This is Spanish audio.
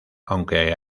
aunque